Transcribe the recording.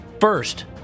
First